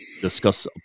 discuss